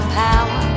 power